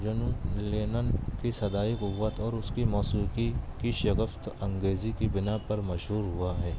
جنون لینن کی صدائی قوت اور اس کی موسیقی کی شگفت انگیزی کی بنا پر مشہور ہوا ہے